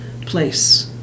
place